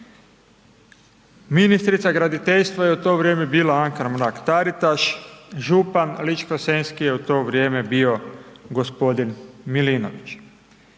Ministrica graditeljstva je u to vrijeme bila Anka Mrak-Taritaš, župan Ličko-senjski je u to vrijeme bio gospodin Milinović.